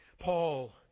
Paul